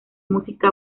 música